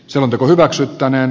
selonteko hyväksyttäneen